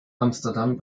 amsterdam